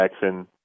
jackson